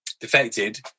defected